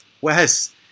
Wes